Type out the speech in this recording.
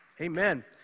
Amen